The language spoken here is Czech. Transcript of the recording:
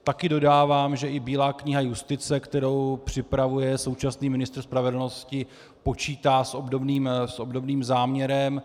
Taky dodávám, že i Bílá kniha justice, kterou připravuje současný ministr spravedlnosti, počítá s obdobným záměrem.